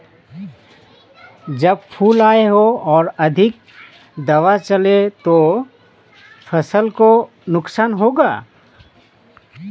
जब फूल आए हों और अधिक हवा चले तो फसल को नुकसान होगा?